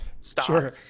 stop